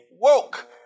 woke